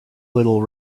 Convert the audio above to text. little